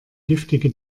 giftige